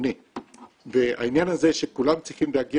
משתנה והעניין הזה שכולם צריכים להגיע